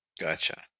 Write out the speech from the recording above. Gotcha